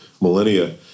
millennia